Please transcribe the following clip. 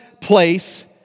place